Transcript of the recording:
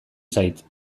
zait